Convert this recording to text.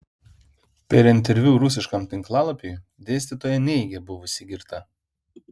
per interviu rusiškam tinklalapiui dėstytoja neigė buvusi girta